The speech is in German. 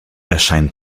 erscheinen